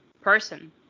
person